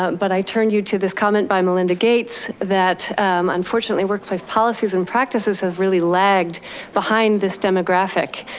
but i turn you to this comment by melinda gates, that unfortunately, workplace policies and practices have really lagged behind this demographic.